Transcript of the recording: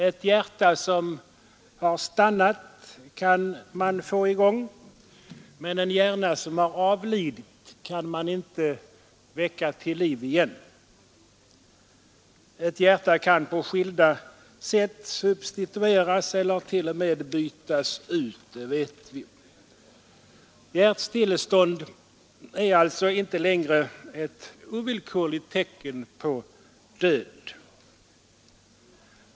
Ett hjärta som har stannat kan man få i gång igen, men en hjärna som har avlidit kan man inte väcka till liv. Ett hjärta kan på skilda sätt substitueras eller till och med bytas ut, det vet vi. Hjärtstillestånd är alltså inte längre ett ovillkorligt tecken på död.